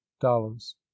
dollars